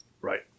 Right